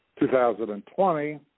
2020